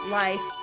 life